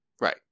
Right